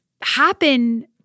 happen